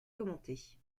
commenter